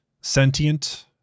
sentient